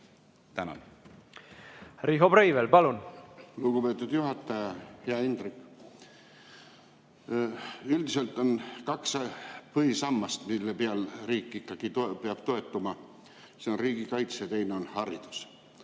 Riho Breivel, palun!